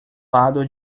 lado